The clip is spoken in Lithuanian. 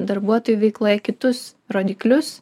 darbuotojų veikloje kitus rodiklius